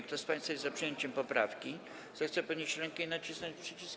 Kto z państwa jest za przyjęciem poprawki, zechce podnieść rękę i nacisnąć przycisk.